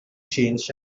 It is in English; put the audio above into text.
changed